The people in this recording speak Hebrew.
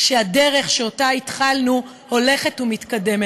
שהדרך שאותה התחלנו הולכת ומתקדמת,